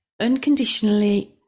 unconditionally